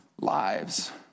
lives